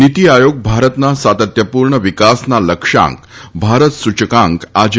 નીતિ આયોગ ભારતના સાતત્યપૂર્ણ વિકાસના લક્ષ્યાંક ભારત સૂચકાંક આજે